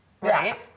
Right